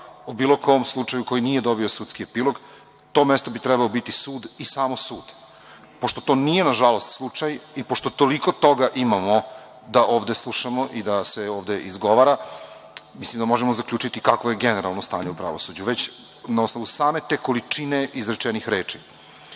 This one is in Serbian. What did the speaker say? o bilo kom slučaju koji nije dobio sudski epilog. To mesto bi trebalo biti sud i samo sud. Pošto to nije, nažalost, slučaj i pošto toliko toga imamo da ovde slušamo i da se ovde izgovara, mislim da možemo zaključiti kakvo je generalno stanje u pravosuđu već na osnovu same te količine izrečenih